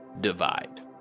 divide